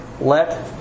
Let